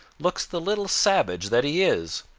looks the little savage that he is.